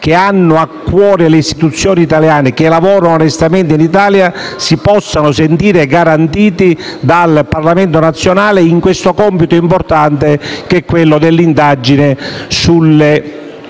che hanno a cuore le istituzioni italiane, che lavorano onestamente in Italia, si possano sentire garantiti dal Parlamento nazionale in questo compito importante, che è quello dell'inchiesta sulle